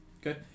Okay